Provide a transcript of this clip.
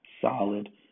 solid